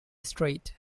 strait